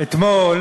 אתמול